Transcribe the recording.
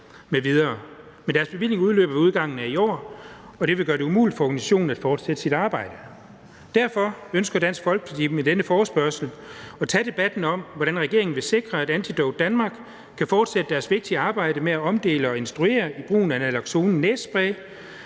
deres bevilling udløber ved udgangen af i år, og det vil gøre det umuligt for organisationen at fortsætte sit arbejde. Derfor ønsker Dansk Folkeparti med denne forespørgsel at tage debatten om, hvordan regeringen vil sikre, at Antidote Danmark kan fortsætte deres vigtige arbejde med at omdele og instruere i brugen af næsespray